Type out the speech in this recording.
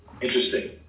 interesting